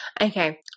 okay